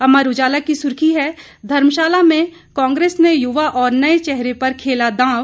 अमर उजाला की सुर्खी है धर्मशाला में कांग्रेस ने युवा और नए चेहरे पर खेला दांव